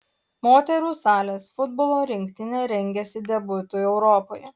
moterų salės futbolo rinktinė rengiasi debiutui europoje